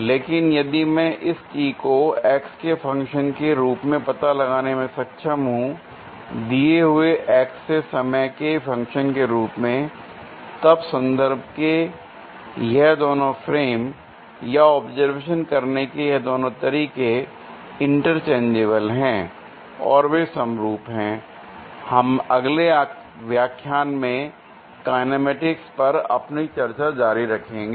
लेकिन यदि मैं इस t को x के फंक्शन के रूप में पता लगाने में सक्षम हूं दिए हुए x से समय के फंक्शन के रूप में तब संदर्भ के यह दोनों फ्रेम या ऑब्जर्वेशन करने के यह दोनों तरीके इंटरचेंजेबल हैं और वे समरूप हैं l हम अगले व्याख्यान में काईनेमैटिक्स पर अपनी चर्चा जारी रखेंगे